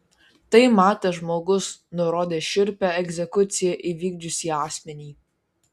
tai matęs žmogus nurodė šiurpią egzekuciją įvykdžiusį asmenį